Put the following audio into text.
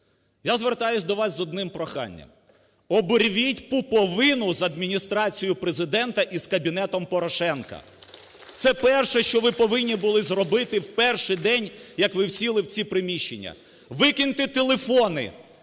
Я звертаюсь до вас з одним проханням. Обірвіть пуповину з Адміністрацією Президента і з кабінет Порошенка. Це перше, що ви повинні були зробити, в перший день, як ви сіли в ці приміщення. Викиньте телефони,